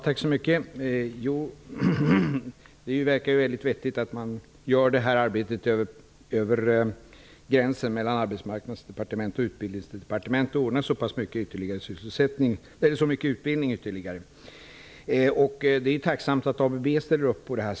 Herr talman! Det verkar väldigt vettigt med ett förslag över gränserna mellan Utbildningsdepartementet för att ordna så många utbildningsplatser. Det är tacksamt att ABB ställer upp.